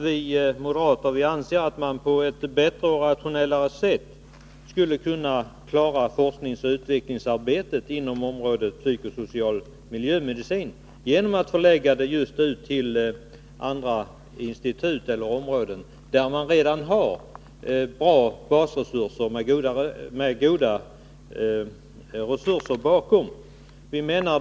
Vi moderater anser att man på ett bättre och rationellare sätt skulle kunna klara forskningsoch utvecklingsarbetet inom området psykosocial miljömedicin genom att förlägga verksamheten till andra institut eller områden, där det redan finns bra basresurser.